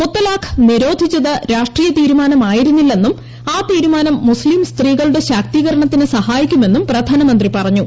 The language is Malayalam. മുത്തലാഖ് നിരോധിച്ചത് രാഷ്ട്രീയ തീരുമാനമായിരുന്നില്ലെന്നും ആ തീരുമാനം മുസ്സീം സ്ത്രീകളുടെ ശാക്തീകരണത്തിന് സഹായിക്കുമെന്നും പ്രധാനമന്ത്രി പറഞ്ഞു